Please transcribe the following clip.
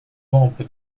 membre